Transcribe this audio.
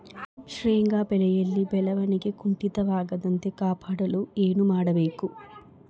ಶೇಂಗಾ ಬೆಳೆಯಲ್ಲಿ ಬೆಳವಣಿಗೆ ಕುಂಠಿತವಾಗದಂತೆ ಕಾಪಾಡಲು ಏನು ಮಾಡಬೇಕು?